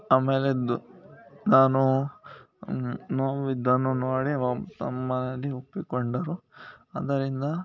ಆಮೇಲೆದ್ದು ನಾನು ನೋವಿದ್ದನ್ನು ನೋಡಿ ನಮ್ಮ ಮನೆಯಲ್ಲಿ ಒಪ್ಪಿಕೊಂಡರು ಅದರಿಂದ